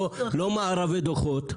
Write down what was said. לא מארבי דוחות.